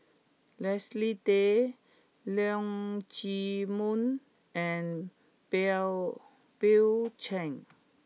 Leslie Tay Leong Chee Mun and Bill Bill Chen